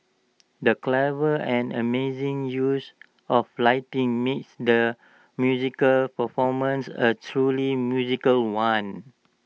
the clever and amazing use of lighting made the musical performance A truly magical one